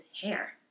hair